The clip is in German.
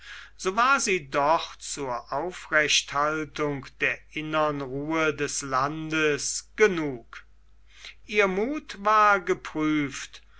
so war sie doch zur aufrechthaltung der innern ruhe des landes genug ihr muth war geprüft